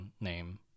name